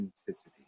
authenticity